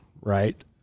right